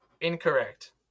Incorrect